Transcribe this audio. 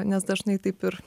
nes dažnai taip ir